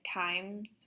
times